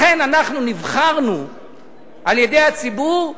לכן אנחנו נבחרנו על-ידי הציבור,